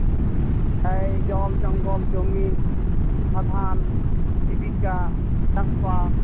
ᱡᱚᱞ ᱡᱚᱝᱜᱚᱞ ᱡᱚᱢᱤᱱ ᱯᱨᱟᱫᱷᱟᱱ ᱡᱤᱵᱤᱠᱟ ᱪᱟᱥᱵᱟᱥ